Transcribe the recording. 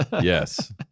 yes